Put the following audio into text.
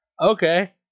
Okay